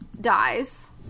Dies